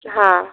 हां